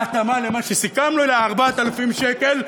בהתאמה למה שסיכמנו, ל-4,000 שקל.